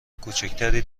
کوچکتری